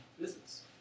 business